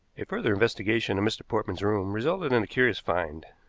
a further investigation of mr. portman's room resulted in a curious find.